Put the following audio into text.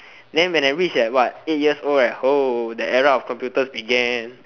then when I reach like what eight years old right oh the era of computers began